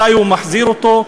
מתי הוא מחזיר אותו.